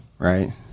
Right